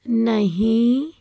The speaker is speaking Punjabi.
ਨਹੀਂ